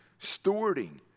stewarding